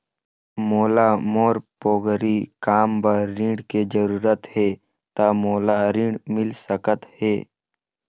मोला मोर पोगरी काम बर ऋण के जरूरत हे ता मोला ऋण मिल सकत हे?